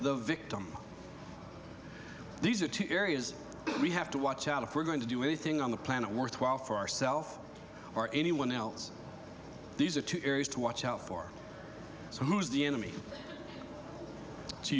the victim these are two areas we have to watch out if we're going to do anything on the planet worthwhile for our self or anyone else these are two areas to watch out for so who's the enemy to